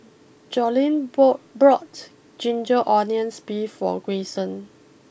Joline bought blocked Ginger Onions Beef for Greyson